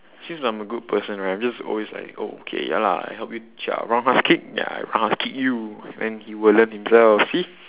since I'm a good person right I'm just always like okay ya lah I help you roundhouse kick ya I roundhouse kick you then he will learn himself see